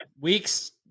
Weeks